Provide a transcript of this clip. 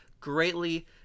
greatly